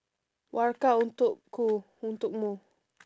warkah untukku untukmu